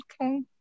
Okay